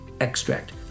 extract